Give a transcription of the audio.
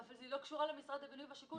אבל היא לא קשורה למשרד הבינוי והשיכון.